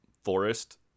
forest